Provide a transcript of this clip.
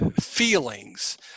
feelings